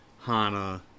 Hana